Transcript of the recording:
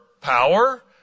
power